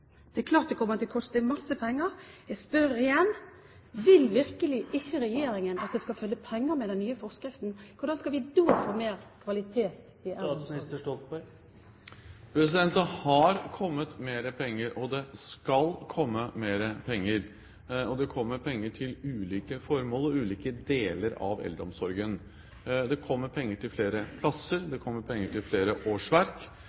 Det er klart det kommer til å koste masse penger. Jeg spør igjen: Vil regjeringen virkelig ikke at det skal følge penger med den nye forskriften? Hvordan skal vi da få mer kvalitet i eldreomsorgen? Det har kommet mer penger, og det skal komme mer penger. Det kommer penger til ulike formål og til ulike deler av eldreomsorgen. Det kommer penger til flere plasser, og det kommer penger til flere årsverk.